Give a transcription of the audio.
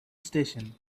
station